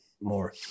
more